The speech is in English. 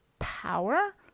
power